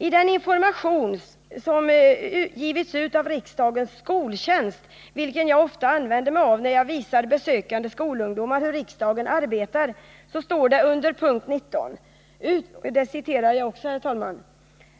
I den information som givits ut av riksdagens skoltjänst, vilken jag ofta använder mig av när jag visar besökande skolungdomar hur riksdagen arbetar, står under punkt 19: